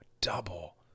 Double